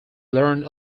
learned